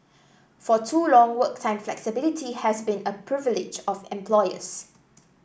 for too long work time flexibility has been a privilege of employers